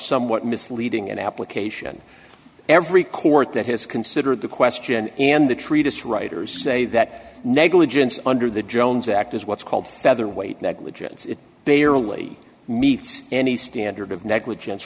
somewhat misleading in application every court that has considered the question and the treatise writers say that negligence under the jones act is what's called featherweight negligence if they are really meets any standard of negligence